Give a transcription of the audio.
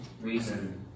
reason